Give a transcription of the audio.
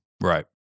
Right